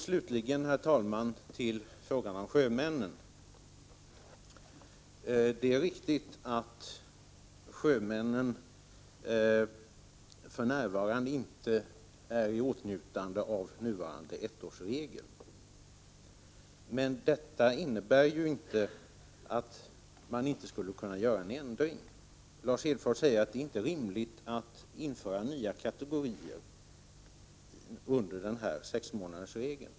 Slutligen, herr talman, till frågan om sjömännen. Det är riktigt att sjömännen för närvarande inte omfattas av den nuvarande ettårsregeln, men det innebär inte att det inte går att göra en ändring. Lars Hedfors säger att det inte är rimligt att införa nya kategorier under denna sexmånadersregel.